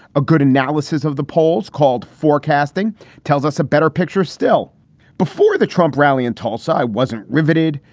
a good analysis of the polls called forecasting tells us a better picture still before the trump rally in tulsa. i wasn't riveted.